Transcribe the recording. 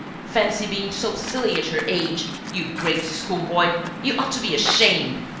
fancy being so silly at your age! you great schoolboy! you ought to be ashamed!